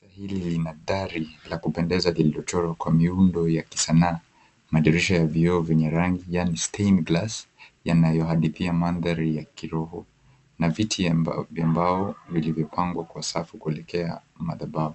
Kanisa hili lina dari la kupendeza liliochorwa kwa miundo ya kisanaa. Madirisha ya vioo vyenye rangi, yaani stained glass , yanayohadithia mandhari ya kiroho, na viti vya mbao vilivyopangwa kwa safu kuelekea madhabahu.